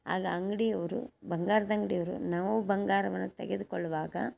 ಆಗ ಅಂಗಡಿಯವ್ರು ಬಂಗಾರದ ಅಂಗಡಿಯವ್ರು ನಾವು ಬಂಗಾರವನ್ನು ತೆಗೆದುಕೊಳ್ಳುವಾಗ